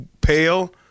pale